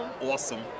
Awesome